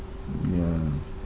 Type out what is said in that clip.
ya